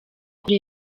kuri